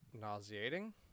nauseating